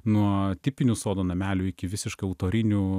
nuo tipinių sodo namelių iki visiškai autorinių